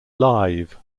live